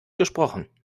gesprochen